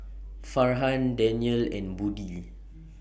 Farhan Danial and Budi